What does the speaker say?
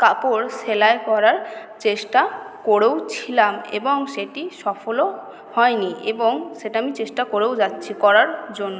কাপড় সেলাই করার চেষ্টা করেওছিলাম এবং সেটি সফলও হয়নি এবং সেটা আমি চেষ্টা করেও যাচ্ছি করার জন্য